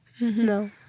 No